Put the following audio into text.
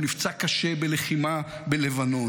הוא נפצע קשה בלחימה בלבנון.